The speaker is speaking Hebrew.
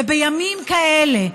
ובימים כאלה,